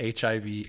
HIV